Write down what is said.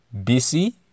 BC